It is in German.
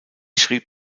schrieb